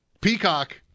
Peacock